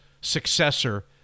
successor